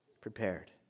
prepared